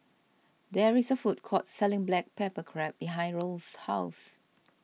there is a food court selling Black Pepper Crab behind Raul's house